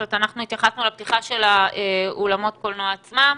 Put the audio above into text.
זאת אומרת אנחנו התייחסנו לפתיחה של אולמות הקולנוע עצמם,